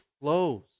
flows